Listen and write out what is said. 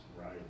right